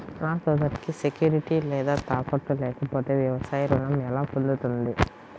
నా సోదరికి సెక్యూరిటీ లేదా తాకట్టు లేకపోతే వ్యవసాయ రుణం ఎలా పొందుతుంది?